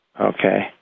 Okay